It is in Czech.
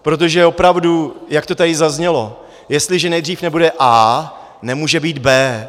Protože opravdu, jak to tady zaznělo, jestliže nejdřív nebude a, nemůže být b.